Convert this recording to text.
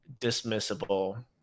dismissible